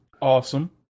Awesome